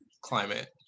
climate